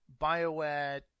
BioWare